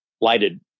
lighted